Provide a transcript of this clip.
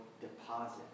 deposit